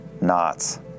Knots